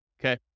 okay